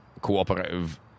cooperative